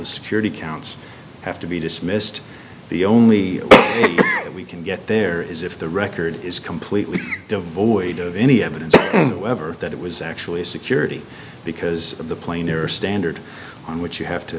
the security counts have to be dismissed the only way that we can get there is if the record is completely devoid of any evidence whatever that it was actually security because of the planer standard on which you have to